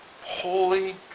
holy